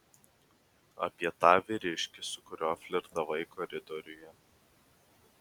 apie tą vyriškį su kuriuo flirtavai koridoriuje